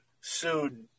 sued